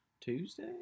Tuesday